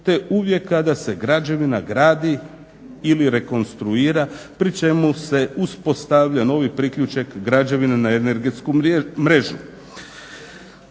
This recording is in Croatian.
te uvijek kada se građevina gradi ili rekonstruira pri čemu se uspostavlja novi priključak građevine na energetsku mrežu.